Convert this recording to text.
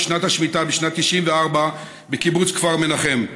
שנת השמיטה בשנת 1994 בקיבוץ כפר מנחם,